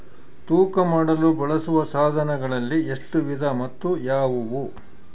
ತೂಕ ಮಾಡಲು ಬಳಸುವ ಸಾಧನಗಳಲ್ಲಿ ಎಷ್ಟು ವಿಧ ಮತ್ತು ಯಾವುವು?